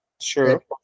Sure